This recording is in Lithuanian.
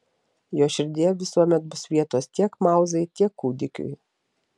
jo širdyje visuomet bus vietos tiek mauzai tiek kūdikiui